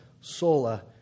sola